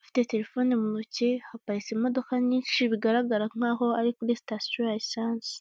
afite telefone mu ntoki, haparitse imodoka nyinshi bigaragara nkaho ari kuri sitasiyo ya esanse.